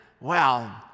Wow